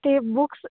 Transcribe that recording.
ਅਤੇ ਬੁੱਕਸ